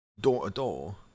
door-to-door